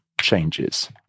changes